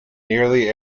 nearly